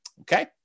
Okay